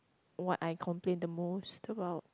what I complain the most about